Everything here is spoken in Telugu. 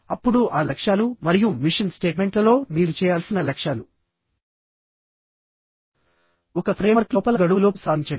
అప్పుడు ఆ లక్ష్యాలు మరియు మిషన్ స్టేట్మెంట్లలో మీరు చేయాల్సిన లక్ష్యాలు ఒక ఫ్రేమ్వర్క్ లోపల గడువులోపు సాధించండి